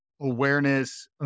awareness